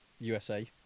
USA